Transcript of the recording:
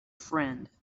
friend